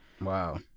Wow